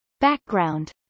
background